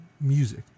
music